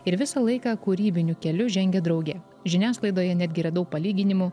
ir visą laiką kūrybiniu keliu žengia drauge žiniasklaidoje netgi radau palyginimų